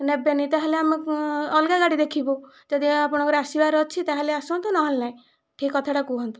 ନେବେନି ତା'ହେଲେ ଆମେ ଅଲଗା ଗାଡ଼ି ଦେଖିବୁ ଯଦି ଆପଣଙ୍କର ଆସିବାର ଅଛି ତାହେଲେ ଆସନ୍ତୁ ନହେଲେ ନାହିଁ ଠିକ କଥାଟା କୁହନ୍ତୁ